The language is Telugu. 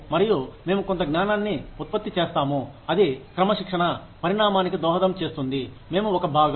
మరియు మేము కొంత జ్ఞానాన్ని ఉత్పత్తి చేస్తాముఅది క్రమశిక్షణ పరిణామానికి దోహదం చేస్తుంది మేము ఒక భాగం